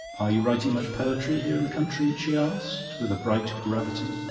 are you writing much poetry here in the country? she asked, with a bright gravity.